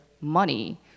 money